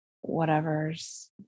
whatever's